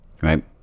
right